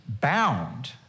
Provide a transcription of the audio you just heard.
bound